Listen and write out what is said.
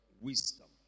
wisdom